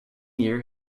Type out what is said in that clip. year